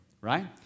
Right